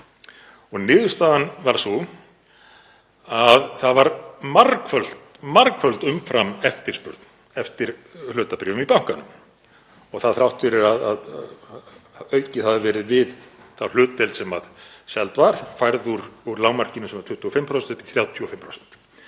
Niðurstaðan varð sú að það var margföld umframeftirspurn eftir hlutabréfum í bankanum og það þrátt fyrir að aukið hefði verið við þá hlutdeild sem seld var, færð úr lágmarkinu sem var 25% upp í 35%.